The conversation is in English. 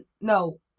no